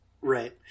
right